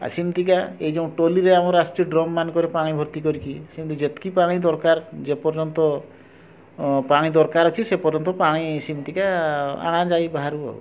ସେମିତିକା ଏଇ ଯେଉଁ ଟୋଲିରେ ଆମର ଆସୁଛି ଡ୍ରମ୍ମାନଙ୍କର ପାଣି ଭର୍ତ୍ତି କରି କି ସେମିତି ଯେତିକି ପାଣି ଦରକାର ଯେ ପର୍ଯ୍ୟନ୍ତ ପାଣି ଦରକାର ଅଛି ସେ ପର୍ଯ୍ୟନ୍ତ ପାଣି ସେମିତିକା ଆଣା ଯାଇ ବାହାରୁ ଆଉ